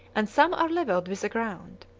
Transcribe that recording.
and some are levelled with the ground.